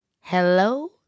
Hello